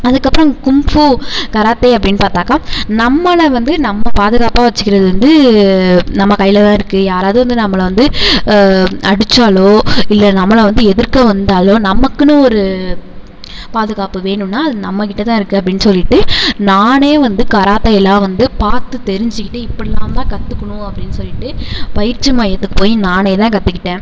அதுக்கப்புறம் kung fu karate அப்படின்னு பார்த்தாக்கா நம்மளை வந்து நம்ம பாதுகாப்பாக வச்சிக்கிறது வந்து நம்ம கையிலதான் இருக்குது யாராவது வந்து நம்மளை வந்து அடிச்சாலோ இல்லை நம்மளை வந்து எதிர்க்க வந்தாலோ நமக்குன்னு ஒரு பாதுகாப்பு வேணும்னா அது நம்மக்கிட்டதான் இருக்குது அப்படின்னு சொல்லிட்டு நானே வந்து கராத்தே எல்லாம் வந்து பார்த்து தெரிஞ்சிக்கிட்டு இப்படிலாந்தான் கத்துக்கணும் அப்படின்னு சொல்லிட்டு பயிற்சி மையத்துக்கு போய் நானேதான் கற்றுக்கிட்டேன்